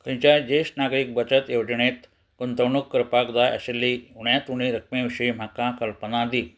खंयच्याय ज्येश्ठ नागरीक बचत येवजणेंत गुंथवणूक करपाक जाय आशिल्ली उण्यात उणे रकमे विशीं म्हाका कल्पना दी